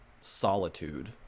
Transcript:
solitude